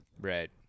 right